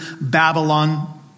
Babylon